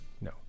No